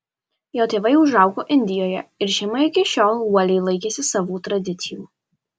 jo tėvai užaugo indijoje ir šeima iki šiol uoliai laikėsi savų tradicijų